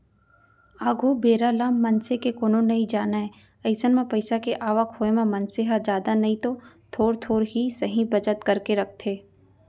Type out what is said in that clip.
आघु बेरा ल मनसे के कोनो नइ जानय अइसन म पइसा के आवक होय म मनसे ह जादा नइतो थोर थोर ही सही बचत करके रखथे